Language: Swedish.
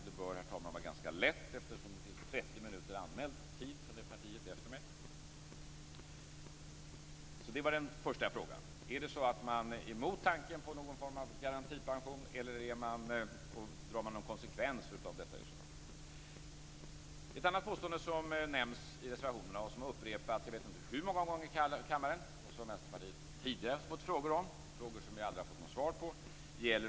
Det bör, herr talman, vara ganska lätt eftersom det finns 30 minuter anmäld talartid från det partiet efter mig. Det var den första frågan. Är man emot tanken på någon form av garantipension, och drar man i så fall någon konsekvens av detta? I reservationerna görs också ett annat påstående. Jag vet inte hur många gånger det har upprepats i kammaren, och Vänsterpartiet har tidigare fått frågor om det. Vi har dock aldrig fått något svar på dessa frågor.